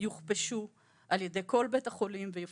הן יוכפשו על ידי כל בית החולים ויפוטרו.